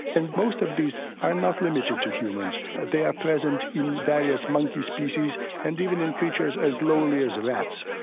and most of these are not limited to humans, they are present in various monkey species and even in creatures as lowly as rats.